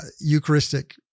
Eucharistic